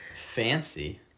Fancy